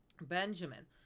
benjamin